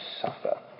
suffer